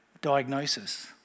diagnosis